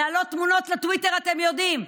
להעלות תמונות לטוויטר אתם יודעים,